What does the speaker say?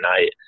night